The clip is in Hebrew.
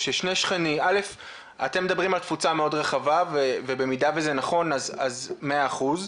אתם מדברים על תפוצה מאוד רחבה ובמידה וזה נכון אז מאה אחוז,